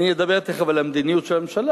אני תיכף אדבר על המדיניות של הממשלה.